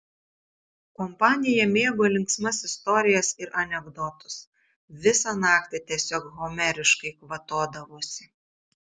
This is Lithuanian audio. kompanija mėgo linksmas istorijas ir anekdotus visą naktį tiesiog homeriškai kvatodavosi